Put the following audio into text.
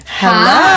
Hello